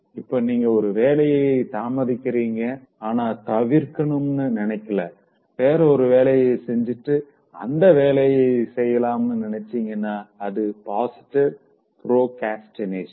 இப்போ நீங்க ஒரு வேலைய தாமதிக்கிறிங்க ஆனா தவிர்க்கணும்னு நினைக்கல வேற ஒரு வேலைய செஞ்சுட்டு இந்த வேலையை செய்யலாம்னு நினைச்சீங்கன்னா அது பாசிட்டிவ் ப்ரோக்ரஸ்டினேஷன்